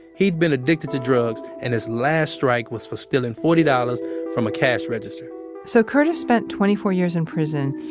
he'd been addicted to drugs, and his last strike was for stealing forty dollars from a cash register so curtis spent twenty four years in prison,